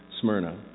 Smyrna